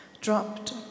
dropped